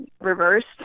reversed